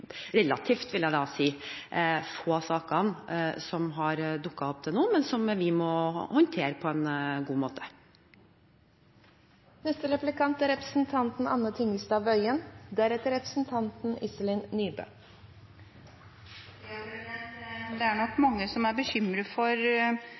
relativt, vil jeg si, få sakene som har dukket opp til nå, men som vi må håndtere på en god måte. Det er